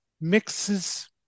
mixes